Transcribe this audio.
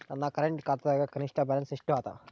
ನನ್ನ ಕರೆಂಟ್ ಖಾತಾದಾಗ ಕನಿಷ್ಠ ಬ್ಯಾಲೆನ್ಸ್ ಎಷ್ಟು ಅದ